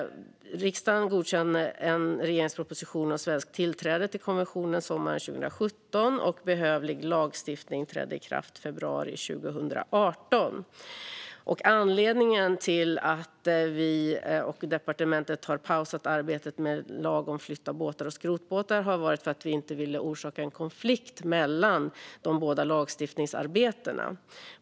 Riksdagens godkände regeringens proposition om svenskt tillträde till konventionen sommaren 2017, och behövlig lagstiftning trädde i kraft i februari 2018. Anledningen till att vi och departementet pausade arbetet med en lag om att flytta båtar och skrotbåtar var att vi inte ville orsaka en konflikt mellan de båda lagstiftningsarbetena.